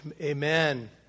amen